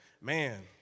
man